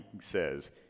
says